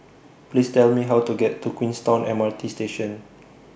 Please Tell Me How to get to Queenstown M R T Station